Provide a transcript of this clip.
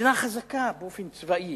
מדינה חזקה באופן צבאי,